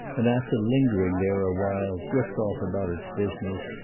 and after lingering there awhile drift off about its business,